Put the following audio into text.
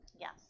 yes